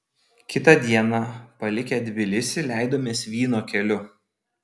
kitą dieną palikę tbilisį leidomės vyno keliu